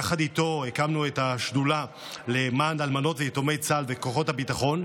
יחד איתו הקמנו את השדולה למען אלמנות ויתומי צה"ל וכוחות הביטחון,